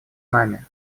нами